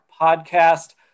podcast